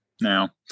now